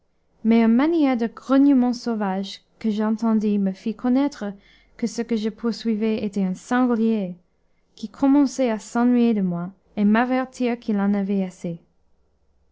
mais une manière de grognement sauvage que j'entendis me fit connaître que ce que je poursuivais était un sanglier qui commençait à s'ennuyer de moi et à m'avertir qu'il en avait assez